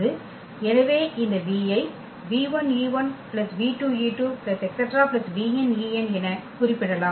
எனவே இந்த v ஐ v1e1 v2e2 ⋯ vnen என குறிப்பிடலாம்